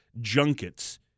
junkets